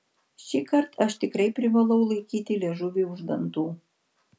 šįkart aš tikrai privalau laikyti liežuvį už dantų